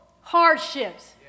hardships